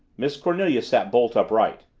miss cornelia sat bolt upright.